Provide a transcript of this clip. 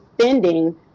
spending